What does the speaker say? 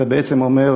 אתה בעצם אומר: